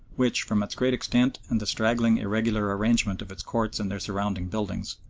which, from its great extent and the straggling, irregular arrangement of its courts and their surrounding buildings,